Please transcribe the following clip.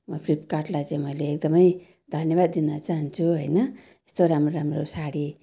फ्लिपकार्टलाई चाहिँ मैले एकदमै धन्यवाद दिन चाहन्छु होइन यस्तो राम्रो राम्रो साडी